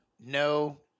no